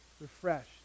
refreshed